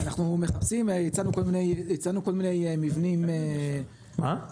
אנחנו מחפשים והצענו כל מיני מבנים ----- חדרה.